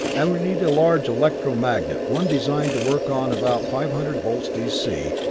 and we need a large electro-magnet one designed to work on about five hundred volts d c,